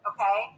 Okay